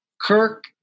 Kirk